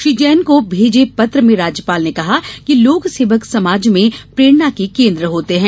श्री जैन को भेजे पत्र में राज्यपाल ने कहा कि लोक सेवक समाज में प्रेरणा के केंद्र होते हैं